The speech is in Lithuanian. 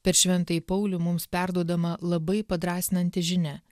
per šventąjį paulių mums perduodama labai padrąsinanti žinia